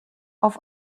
auf